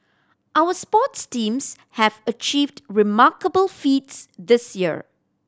our sports teams have achieved remarkable feats this year